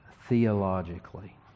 theologically